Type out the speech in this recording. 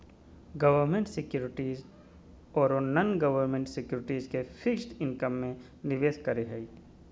government securities ओरो non government securities के fixed income में निवेश करे हइ